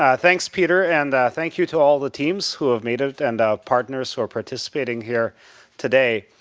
ah thanks, peter. and thank you to all the teams who have made it, and our partners who are participating here today.